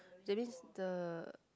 that means the